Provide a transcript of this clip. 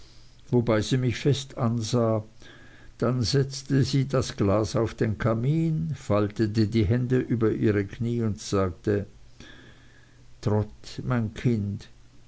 wobei sie mich fest ansah dann setzte sie das glas auf den kamin faltete die hände über ihr knie und sagte trot mein kind